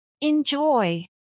Enjoy